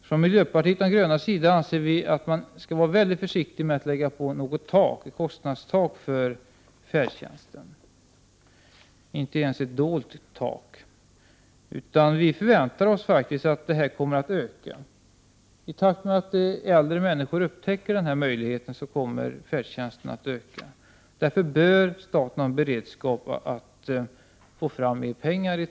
Vi i miljöpartiet de gröna anser att man bör vara mycket försiktig när det gäller att lägga på ett kostnadstak för färdtjänsten. Det får inte ens bli ett dolt tak. Vi förväntar oss faktiskt att behovet av färdtjänst kommer att öka i takt med att äldre människor upptäcker möjligheterna. Därför bör staten ha en beredskap för att ta fram mer pengar.